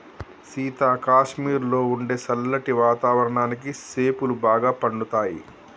సీత కాశ్మీరులో ఉండే సల్లటి వాతావరణానికి సేపులు బాగా పండుతాయి